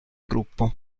gruppo